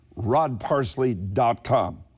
rodparsley.com